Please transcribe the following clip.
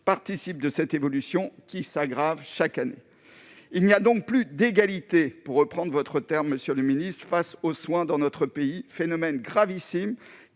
participent de cette évolution, qui s'aggrave chaque année. Il n'y a donc plus d'« égalité », pour reprendre votre terme, monsieur le secrétaire d'État, face aux soins dans notre pays. C'est un phénomène gravissime